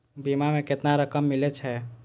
बीमा में केतना रकम मिले छै?